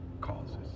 causes